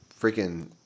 Freaking